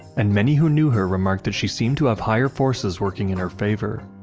and many who knew her remarked that she seemed to have higher forces working in her favor.